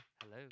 Hello